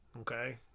okay